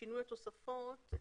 שינוי התוספות,